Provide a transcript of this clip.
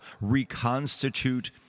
reconstitute